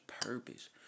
purpose